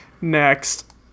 Next